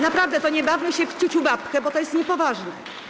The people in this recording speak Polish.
Naprawdę nie bawmy się w ciuciubabkę, bo to jest niepoważne.